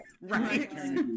Right